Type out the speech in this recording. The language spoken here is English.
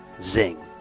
Zing